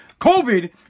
COVID